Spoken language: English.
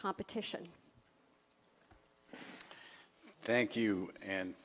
competition thank you and